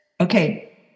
Okay